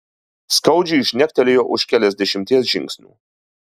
skaudžiai žnektelėjo už keliasdešimties žingsnių